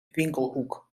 winkelhoek